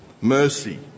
mercy